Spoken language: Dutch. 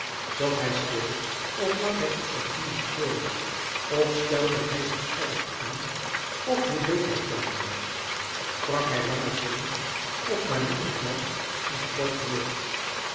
zat hij stil of lag hij op zijn knieën voor je of stelde hij zich erg aan of h o e d e e d hij tegen je sprak hij lange zinnen of maar nu en dan een kort woord